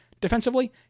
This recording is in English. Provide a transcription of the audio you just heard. defensively